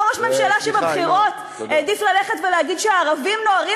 אותו ראש ממשלה שבבחירות העדיף להגיד שהערבים נוהרים